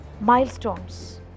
milestones